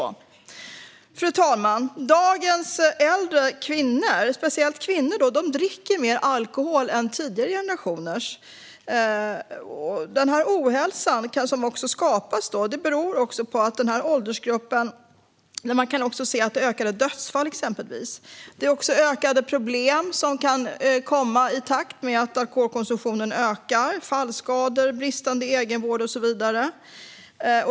Fru talman! Dagens äldre kvinnor dricker mer alkohol än tidigare generationers kvinnor. Det skapar ohälsa, och man kan även se att det ökar dödsfallen. Man ser också ökade problem som kan komma i takt med att alkoholkonsumtionen ökar, som fallskador, bristande egenvård och så vidare.